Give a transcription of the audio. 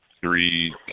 three